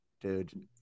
Dude